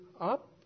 up